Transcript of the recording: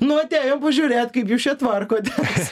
nu atėjom pažiūrėt kaip jūs čia tvarkotės